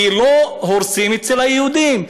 כי לא הורסים אצל היהודים.